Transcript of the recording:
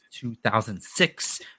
2006